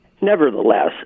Nevertheless